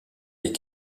des